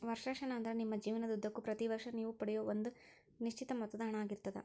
ವರ್ಷಾಶನ ಅಂದ್ರ ನಿಮ್ಮ ಜೇವನದುದ್ದಕ್ಕೂ ಪ್ರತಿ ವರ್ಷ ನೇವು ಪಡೆಯೂ ಒಂದ ನಿಶ್ಚಿತ ಮೊತ್ತದ ಹಣ ಆಗಿರ್ತದ